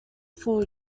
full